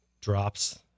drops